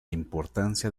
importancia